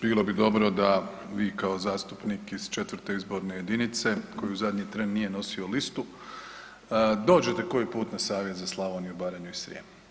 Bilo bi dobro da vi kao zastupnik iz 4. izborne jedinice koji u zadnji tren nije nosio listu, dođete koji put na Savjet za Slavoniju, Baranju i Srijem.